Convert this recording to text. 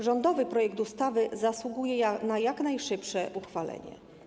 Rządowy projekt ustawy zasługuje na jak najszybsze uchwalenie.